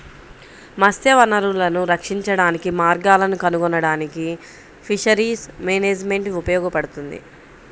మత్స్య వనరులను రక్షించడానికి మార్గాలను కనుగొనడానికి ఫిషరీస్ మేనేజ్మెంట్ ఉపయోగపడుతుంది